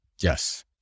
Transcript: Yes